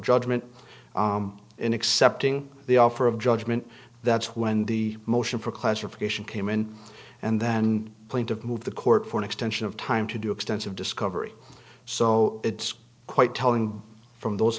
judgment in accepting the offer of judgment that's when the motion for classification came in and then point of move the court for an extension of time to do extensive discovery so it's quite telling from those